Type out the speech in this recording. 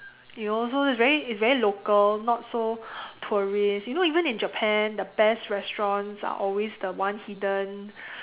you know so it's very it's very local not so tourist you know even in Japan the best restaurants are always the ones hidden